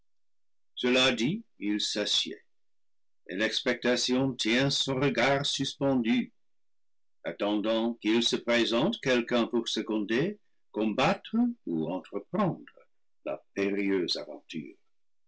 gela dit il s'assied et l'expectation tient son regard suspendu attendant qu'il se présente quelqu'un pour seconder combattre ou entreprendre la périlleuse aventure